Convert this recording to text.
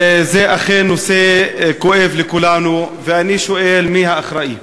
זה אכן נושא כואב לכולנו, ואני שואל: מי האחראי?